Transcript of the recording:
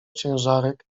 ciężarek